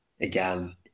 again